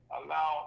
allow